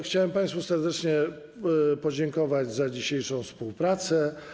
Chciałem państwu serdecznie podziękować za dzisiejszą współpracę.